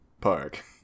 Park